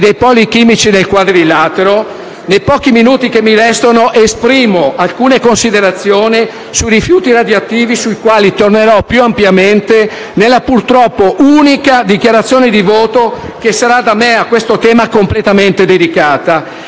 dei poli chimici del cosiddetto Quadrilatero, nei pochi minuti che mi restano esprimo alcune considerazioni sui rifiuti radioattivi, sui quali tornerò più ampiamente nella purtroppo unica dichiarazione di voto che sarà da me a questo tema completamente dedicata.